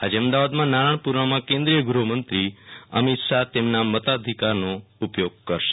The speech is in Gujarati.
આજે અમદાવાદમાં નારણપુરામાં કેન્દ્રીય ગૃહમંત્રી અમિત શાહ તેમના મતાધિકારનો ઉપયોગ કરશે